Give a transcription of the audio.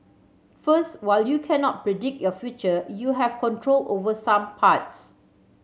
first while you cannot predict your future you have control over some parts